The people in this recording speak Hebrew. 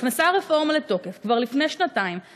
הרפורמה נכנסה לתוקף כבר לפני שנתיים,